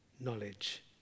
knowledge